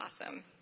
Awesome